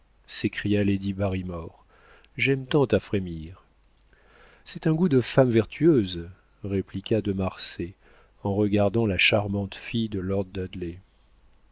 s'écria lady barimore j'aime tant à frémir c'est un goût de femme vertueuse répliqua de marsay en regardant la charmante fille de lord